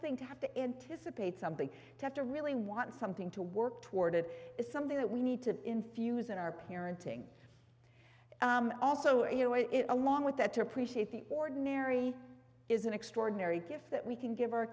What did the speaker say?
thing to have to intice a paid something to have to really want something to work toward it is something that we need to infuse in our parenting also you know it along with that to appreciate the ordinary is an extraordinary gift that we can give our